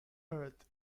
earth